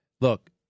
Look